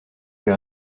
vais